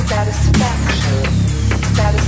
Satisfaction